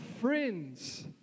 friends